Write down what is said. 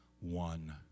one